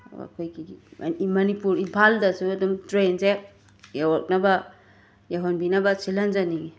ꯑꯩꯈꯣꯏꯒꯤ ꯃꯅꯤꯄꯨꯔ ꯏꯝꯐꯥꯜꯗꯁꯨ ꯑꯗꯨꯝ ꯇ꯭ꯔꯦꯟꯁꯦ ꯌꯧꯔꯛꯅꯕ ꯌꯧꯍꯟꯕꯤꯅꯕ ꯁꯤꯜꯍꯟꯖꯅꯤꯡꯉꯤ